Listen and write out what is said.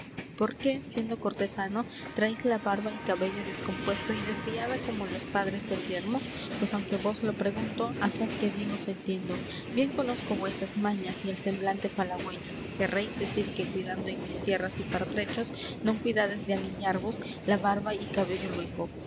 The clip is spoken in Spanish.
por qué siendo cortesano traéis la barba y cabello descompuesto y desviada como los padres del yermo pues aunque vos lo pregunto asaz que bien os entiendo bien conozco vuesas mañas y el semblante falagüeño querréis decir que cuidando en mis tierras y pertrechos non cuidades de aliñarvos la barba y cabello luengo